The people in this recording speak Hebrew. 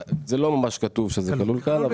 זה לא ממש כתוב שזה כלול כאן.